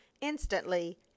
instantly